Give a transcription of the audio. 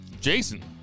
jason